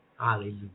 Hallelujah